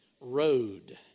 road